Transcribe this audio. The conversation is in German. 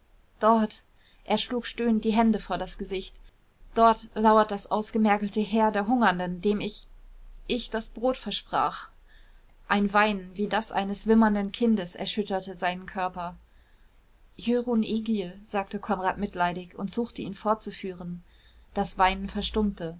dort er schlug stöhnend die hände vor das gesicht dort lauert das ausgemergelte heer der hungernden dem ich ich das brot versprach ein weinen wie das eines wimmernden kindes erschütterte seinen körper jörun egil sagte konrad mitleidig und suchte ihn fortzuführen das weinen verstummte